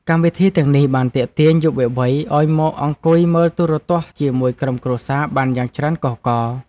កម្មវិធីទាំងនេះបានទាក់ទាញយុវវ័យឱ្យមកអង្គុយមើលទូរទស្សន៍ជាមួយក្រុមគ្រួសារបានយ៉ាងច្រើនកុះករ។